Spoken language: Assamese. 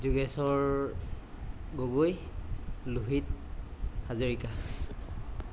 যোগেশ্বৰ গগৈ লোহিত হাজৰিকা